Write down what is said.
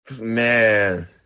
Man